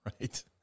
Right